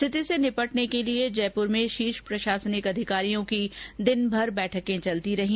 स्थिति से निपटने के लिए जयपुर में शीर्ष प्रशासनिक अधिकारियों की दिन भर बैठकें चलती रहीं